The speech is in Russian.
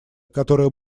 которая